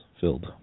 filled